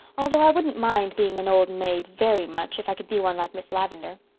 although i wouldn't mind being an old maid very much if i could be one like miss lavendar.